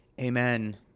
amen